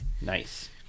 Nice